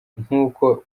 nkuko